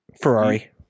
Ferrari